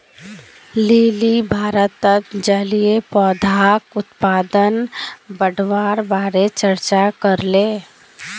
lily भारतत जलीय पौधाक उत्पादन बढ़वार बारे चर्चा करले